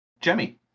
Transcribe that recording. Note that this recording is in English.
Jemmy